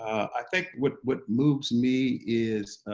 i think what what moves me is